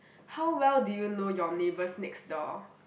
how well do you know your neighbours next door